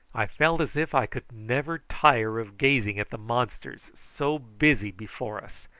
i felt as if i could never tire of gazing at the monsters so busy before us.